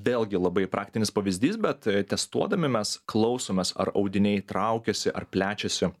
vėlgi labai praktinis pavyzdys bet testuodami mes klausomės ar audiniai traukiasi ar plečiasi